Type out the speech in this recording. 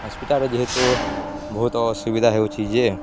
ହସ୍ପିଟାଲ୍ରେ ଯେହେତୁ ବହୁତ ଅସୁବିଧା ହେଉଛି ଯେ